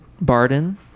barden